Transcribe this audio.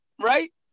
right